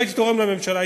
לא הייתי תורם לממשלה,